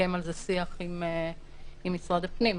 על זה שיח עם משרד הפנים,